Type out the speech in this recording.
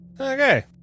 Okay